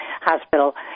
hospital